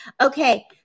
Okay